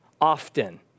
often